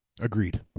Agreed